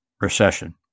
recession